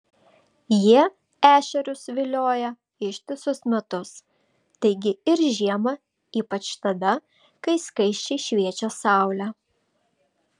jie ešerius vilioja ištisus metus taigi ir žiemą ypač tada kai skaisčiai šviečia saulė